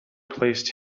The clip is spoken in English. placed